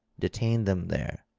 detained them there,